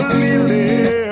lily